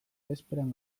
bezperan